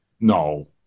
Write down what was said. No